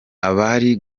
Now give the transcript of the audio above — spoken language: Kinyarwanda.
abari